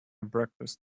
breakfast